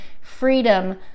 freedom